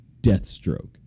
Deathstroke